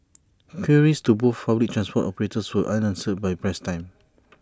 queries to both fully transport operators were unanswered by press time